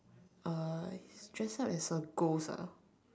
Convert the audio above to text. uh dress up as a ghost ah